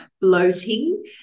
bloating